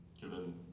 given